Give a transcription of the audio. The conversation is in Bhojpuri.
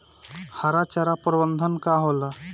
हरा चारा प्रबंधन का होला?